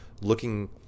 looking